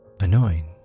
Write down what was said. annoying